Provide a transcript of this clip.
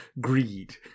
greed